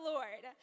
Lord